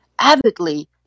avidly